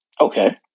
Okay